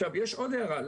עכשיו יש עוד הערה,